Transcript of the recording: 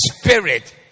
spirit